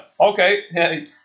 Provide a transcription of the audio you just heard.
okay